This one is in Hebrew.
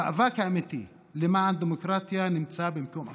המאבק האמיתי למען דמוקרטיה נמצא במקום אחר.